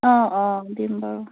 অঁ অঁ দিম বাৰু